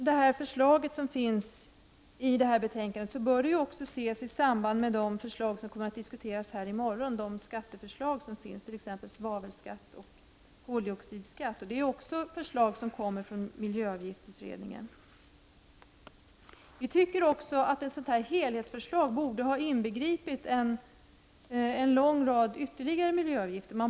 De förslag som läggs fram i betänkandet bör ses i samband med de förslag som kommer att diskuteras i morgon, t.ex. förslagen om svavelskatt och koldioxidskatt. Det är också förslag som kommer från miljöavgiftsutredningen. Vi tycker också att ett helhetsförslag borde ha inbegripit en lång rad ytterligare miljöavgifter.